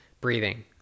breathing